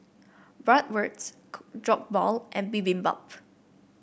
Bratwurst Jokbal and Bibimbap